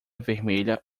vermelha